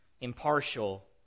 impartial